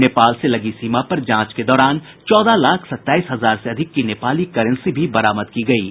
नेपाल से लगी सीमा पर जांच के दौरान चौदह लाख सताईस हजार से अधिक की नेपाली करेंसी भी बरामद की गयी है